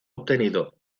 obtenido